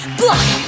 block